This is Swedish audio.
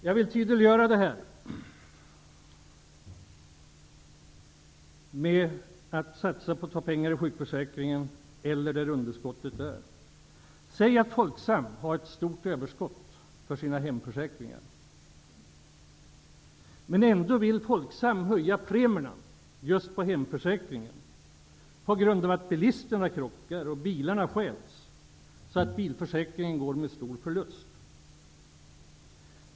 Jag vill tydliggöra det här med att satsa på att ta pengar i sjukförsäkringen eller där underskottet är. Säg att Folksam har ett stort överskott för sina hemförsäkringar, men ändå vill höja premierna just på hemförsäkringen på grund av att bilisterna krockar och bilarna stjäls så att bilförsäkringen går med stor förlust.